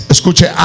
Escuche